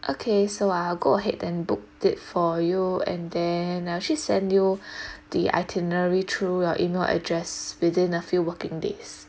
okay so I'll go ahead and booked it for you and then I actually send you the itinerary through your email address within a few working days